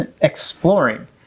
exploring